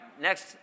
next